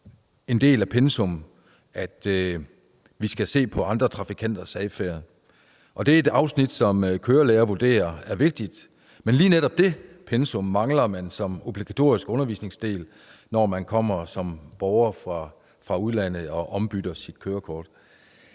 en del af pensum, at man skal se på andre trafikanters adfærd, og det er et afsnit, som kørelærere vurderer er vigtigt. Men lige netop det pensum mangler man som obligatorisk undervisningsdel, når man kommer som borger fra udlandet og ombytter sit kørekort.